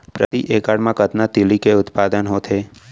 प्रति एकड़ मा कतना तिलि के उत्पादन होथे?